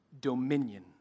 dominion